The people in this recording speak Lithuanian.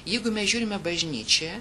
jeigu mes žiūrime bažnyčią